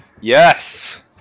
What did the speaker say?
Yes